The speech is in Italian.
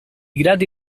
gradi